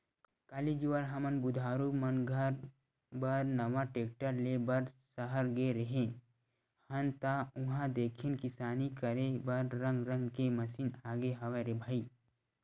काली जुवर हमन बुधारु मन घर बर नवा टेक्टर ले बर सहर गे रेहे हन ता उहां देखेन किसानी करे बर रंग रंग के मसीन आगे हवय रे भई